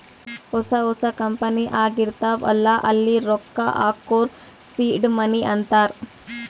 ಹೊಸಾ ಹೊಸಾ ಕಂಪನಿ ಆಗಿರ್ತಾವ್ ಅಲ್ಲಾ ಅಲ್ಲಿ ರೊಕ್ಕಾ ಹಾಕೂರ್ ಸೀಡ್ ಮನಿ ಅಂತಾರ